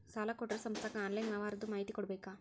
ಸಾಲಾ ಕೊಟ್ಟಿರೋ ಸಂಸ್ಥಾಕ್ಕೆ ಆನ್ಲೈನ್ ವ್ಯವಹಾರದ್ದು ಮಾಹಿತಿ ಕೊಡಬೇಕಾ?